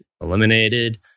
Eliminated